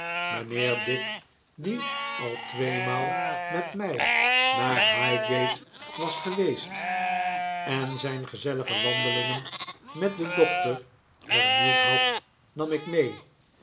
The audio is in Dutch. mijnheer dick die al tweemaal met mij naar highgate was geweest en zijn gezellige wandelingen met den doctor hernieuwd had nam ik mee